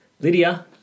Lydia